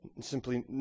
simply